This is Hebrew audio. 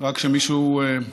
שרק כשמישהו, חברנו,